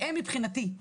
מבחינתי,